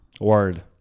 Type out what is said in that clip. Word